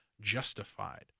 justified